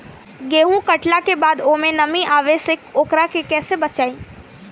गेंहू कटला के बाद ओमे नमी आवे से ओकरा के कैसे बचाई?